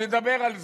נדבר על זה,